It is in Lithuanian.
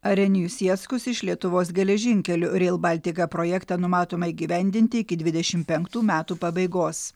arenijus jackus iš lietuvos geležinkelių rail baltica projektą numatoma įgyvendinti iki dvidešim penktų metų pabaigos